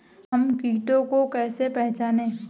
हम कीटों को कैसे पहचाने?